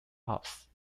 house